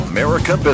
America